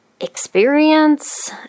experience